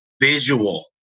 visual